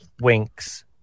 winks